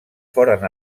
foren